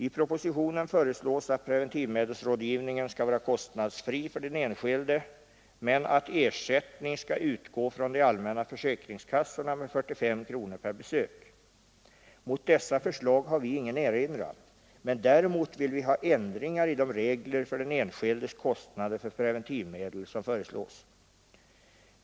I propositionen föreslås att preventivmedelsrådgivningen skall vara kostnadsfri för den enskilde men att ersättning skall utgå från de allmänna försäkringskassorna med 45 kronor per besök. Mot detta förslag har vi ingen erinran. Däremot vill vi ha ändringar i de regler som föreslås för den enskildes kostnader för preventivmedel.